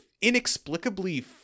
inexplicably